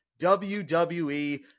WWE